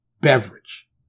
beverage